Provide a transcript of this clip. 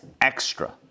extra